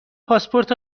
پاسپورت